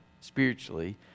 spiritually